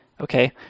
Okay